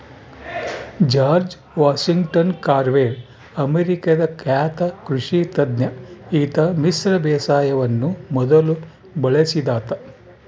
George Washington Carver ಅಮೇರಿಕಾದ ಖ್ಯಾತ ಕೃಷಿ ತಜ್ಞ ಈತ ಮಿಶ್ರ ಬೇಸಾಯವನ್ನು ಮೊದಲು ಬಳಸಿದಾತ